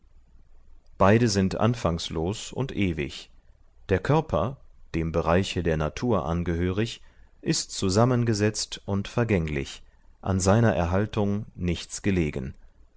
beide sind anfangslos und ewig der körper dem bereiche der natur angehörig ist zusammengesetzt und vergänglich an seiner erhaltung nichts gelegen